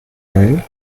geil